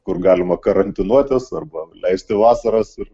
kur galima karantinuotis arba leisti vasaras ir